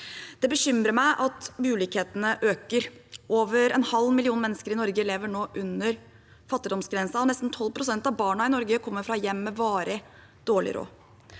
Det bekymrer meg at ulikhetene øker. Over en halv million mennesker i Norge lever nå under fattigdomsgrensen, og nesten 12 pst. av barna i Norge kommer fra hjem med varig dårlig råd.